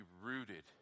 rooted